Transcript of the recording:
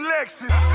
Lexus